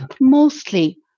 mostly